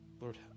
Lord